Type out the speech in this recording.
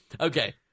Okay